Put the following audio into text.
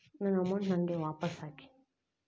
ನನ್ನ ಅಮೌಂಟ್ ನನಗೆ ವಾಪಸ್ ಹಾಕಿ